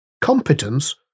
competence